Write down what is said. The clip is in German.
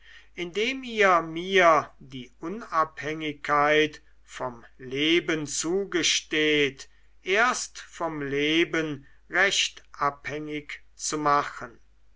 indem ihr mir die unabhängigkeit vom leben zugesteht erst vom leben recht abhängig zu machen